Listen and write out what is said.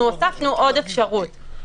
אנחנו הוספנו עוד אפשרות.